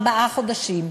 ארבעה חודשים.